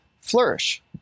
flourish